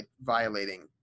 violating